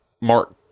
Mark